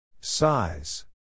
size